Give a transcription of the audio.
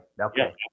okay